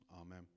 Amen